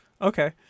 Okay